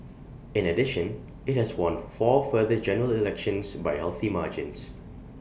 in addition IT has won four further general elections by healthy margins